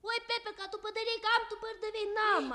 oi pepe ką tu padarei kam tu pardavei namą